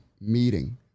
meeting